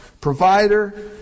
provider